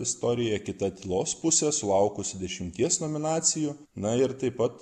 istorija kita tylos pusė sulaukusi dešimties nominacijų na ir taip pat